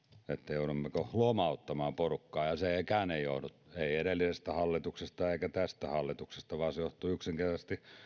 joudummeko lomauttamaan porukkaa ja sekään ei johdu ei edellisestä hallituksesta eikä tästä hallituksesta vaan se johtuu yksinkertaisesti